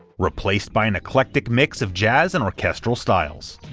replaced by an eclectic mix of jazz and orchestral styles.